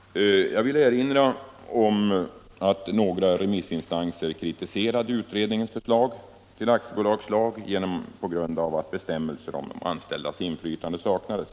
Jag vill erinra om att några remissinstanser kritiserade utredningens förslag till aktiebolagslag därför att bestämmelser om de anställdas inflytande saknades.